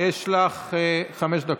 יש לך חמש דקות.